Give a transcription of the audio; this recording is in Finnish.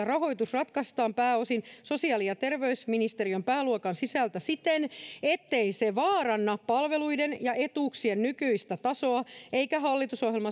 rahoitus ratkaistaan pääosin sosiaali ja terveysministeriön pääluokan sisällä siten ettei se vaaranna palveluiden ja etuuksien nykyistä tasoa eikä hallitusohjelmassa